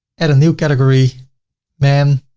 add a new category man.